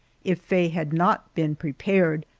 if faye had not been prepared,